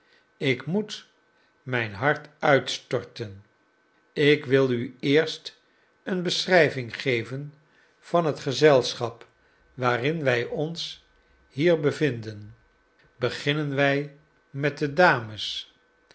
ik moet mijn hart uitstorten ik wil u eerst een beschrijving geven van het gezelschap waarin wij ons hier bevinden beginnen wij met de dames